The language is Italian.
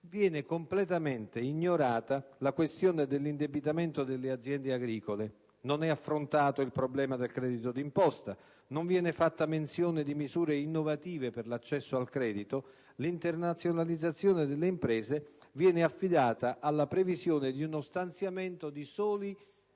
Viene completamente ignorata la questione dell'indebitamento delle aziende agricole; non è affrontato il problema del credito d'imposta; non viene fatta menzione di misure innovative per l'accesso al credito; l'internazionalizzazione delle imprese viene affidata alla previsione di uno stanziamento di soli